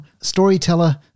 storyteller